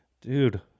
Dude